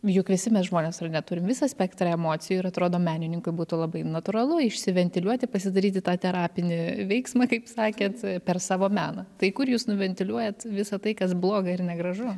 juk visi mes žmonės ar ne turim visą spektrą emocijų ir atrodo menininkui būtų labai natūralu išsiventiliuoti pasidaryti tą terapinį veiksmą kaip sakėt per savo meną tai kur jūs nuventiliuojat visa tai kas bloga ir negražu